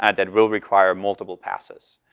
and that will require multiple passes,